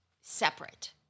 separate